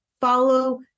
follow